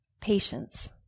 Patience